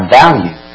value